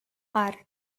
are